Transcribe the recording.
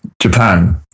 Japan